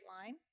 line